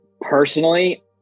Personally